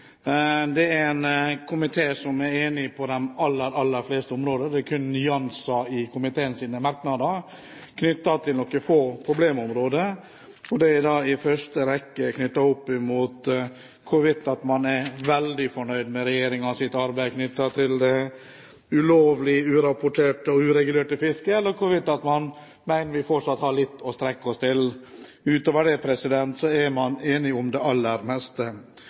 er enig på de aller, aller fleste områder. Det er kun nyanser i komiteens merknader knyttet til noen få problemområder. Det gjelder i første rekke hvorvidt man er veldig fornøyd med regjeringens arbeid knyttet til ulovlig, urapportert og uregulert fiske, eller om man mener at vi fortsatt har litt å strekke oss etter. Utover det er man enig om det aller meste.